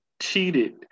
cheated